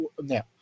now